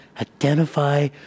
identify